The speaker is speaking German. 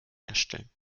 herstellen